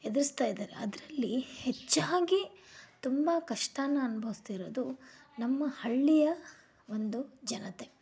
ಎದುರಿಸ್ತಾಯಿದ್ದಾರೆ ಅದರಲ್ಲಿ ಹೆಚ್ಚಾಗಿ ತುಂಬ ಕಷ್ಟನ ಅನುಭವಿಸ್ತಿರೋದು ನಮ್ಮ ಹಳ್ಳಿಯ ಒಂದು ಜನತೆ